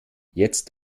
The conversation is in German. jetzt